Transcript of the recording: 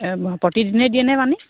প্ৰতিদিনে দিয়েনে পানী